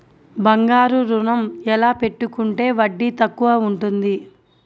బంగారు ఋణం ఎలా పెట్టుకుంటే వడ్డీ తక్కువ ఉంటుంది?